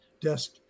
desk